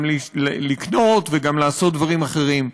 גם לקנות וגם לעשות דברים אחרים.